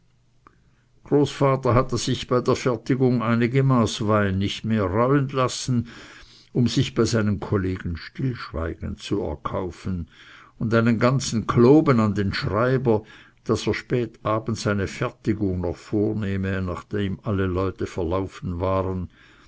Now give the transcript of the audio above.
großvater hatte sich bei der fertigung einige maß wein mehr nicht reuen lassen um sich bei seinen kollegen stillschweigen zu erkaufen und einen ganzen kloben an den schreiber daß er spät abends eine fertigung noch vornehme nachdem alle leute verlaufen waren